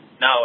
no